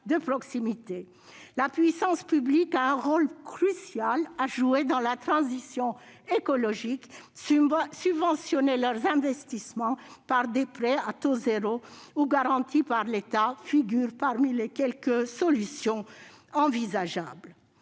La puissance publique a un rôle crucial à jouer dans la transition écologique. Subventionner les investissements des agriculteurs par des prêts à taux zéro ou garantis par l'État figure parmi les quelques solutions envisageables.